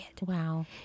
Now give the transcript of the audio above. Wow